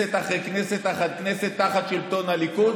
כנסת אחרי כנסת אחרי כנסת תחת שלטון הליכוד,